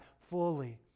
fully